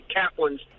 Kaplan's